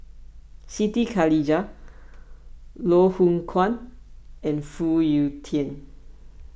Siti Khalijah Loh Hoong Kwan and Phoon Yew Tien